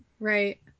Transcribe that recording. Right